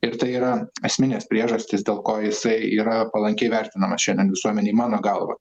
ir tai yra esminės priežastys dėl ko jisai yra palankiai vertinamas šiandien visuomenėj mano galva